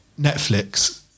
Netflix